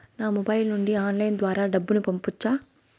నా మొబైల్ నుండి ఆన్లైన్ ద్వారా డబ్బును పంపొచ్చా